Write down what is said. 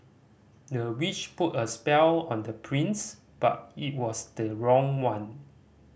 the witch put a spell on the prince but it was the wrong one